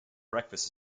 breakfast